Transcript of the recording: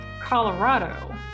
Colorado